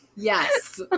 Yes